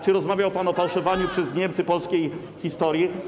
Czy rozmawiał pan o fałszowaniu przez Niemcy polskiej historii?